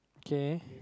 okay